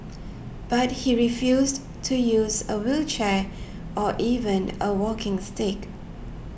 but he refused to use a wheelchair or even a walking stick